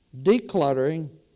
Decluttering